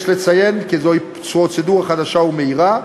יש לציין כי זוהי פרוצדורה חדשה ומהירה,